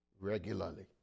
regularly